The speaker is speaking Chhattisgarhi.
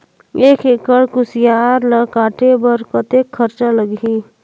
एक एकड़ कुसियार ल काटे बर कतेक खरचा लगही?